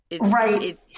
Right